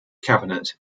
cabinet